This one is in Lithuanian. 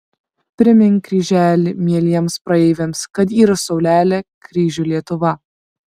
primink kryželi mieliems praeiviams kad yr saulelė kryžių lietuva